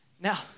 Now